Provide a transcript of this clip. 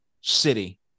city